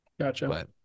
Gotcha